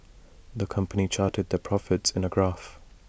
the company charted their profits in A graph